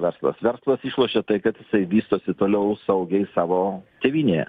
verslas verslas išlošia tai kad jisai vystosi toliau saugiai savo tėvynėje